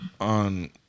on